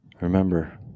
Remember